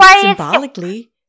symbolically